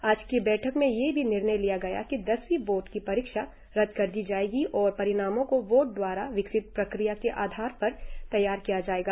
आज की बैठक में यह भी निर्णय लिया गया कि दसवीं बोर्ड की परीक्षा रद्द कर दी जाएगी और परिणामों को बोर्ड द्वारा विकसित प्रक्रिया के आधार पर तैयार किया जायेगा